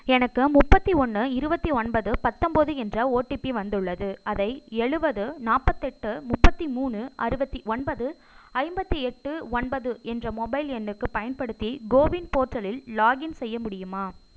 எனக்கு முப்பத்து ஒன்று இருபத்தி ஒன்பது பத்தொம்போது என்ற ஓடிபி வந்துள்ளது அதை எழுபது நாற்பத்தெட்டு முப்பத்து மூணு அறுபத்தி ஒன்பது ஐம்பத்து எட்டு ஒன்பது என்ற மொபைல் எண்ணுக்குப் பயன்படுத்தி கோவின் போர்ட்டலில் லாக்இன் செய்ய முடியுமா